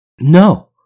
No